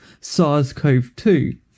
SARS-CoV-2